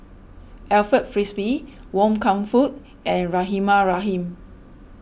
Alfred Frisby Wan Kam Fook and Rahimah Rahim